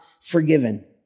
forgiven